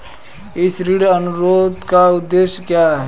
इस ऋण अनुरोध का उद्देश्य क्या है?